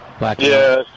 Yes